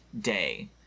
day